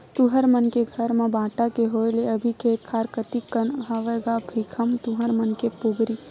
तुँहर मन के घर म बांटा के होय ले अभी खेत खार कतिक कन हवय गा भीखम तुँहर मन के पोगरी?